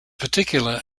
particular